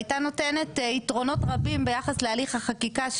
הייתה נותנת יתרונות רבים ביחס להליך החקיקה,